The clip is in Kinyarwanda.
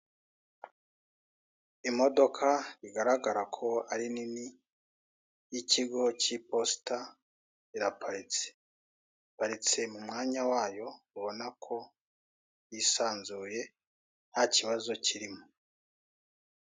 Imodoka bigaragara ko ari nini y'ikigo k'iposita iraparitse iparitse mu mwanya wayo ubona ko yisanzuye ntabazo kirimo.